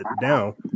now